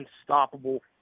unstoppable